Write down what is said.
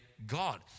God